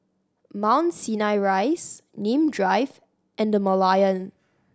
Mount Sinai Rise Nim Drive and The Merlion